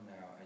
now